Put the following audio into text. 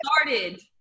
started